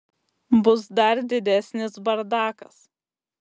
bus dar didesnis bardakas